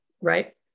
Right